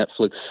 Netflix